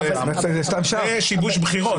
זה שיבוש בחירות.